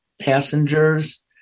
passengers